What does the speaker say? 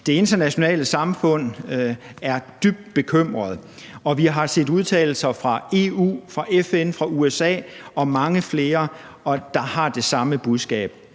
Det internationale samfund er dybt bekymret, og vi har set udtalelser fra EU, fra FN, fra USA og mange flere, der har det samme budskab.